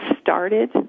started